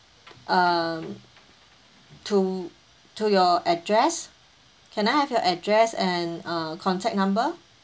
um to to your address can I have your address and uh contact number